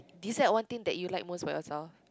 decide one thing that you like most about yourself